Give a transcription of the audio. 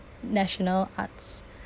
national arts